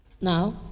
Now